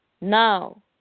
Now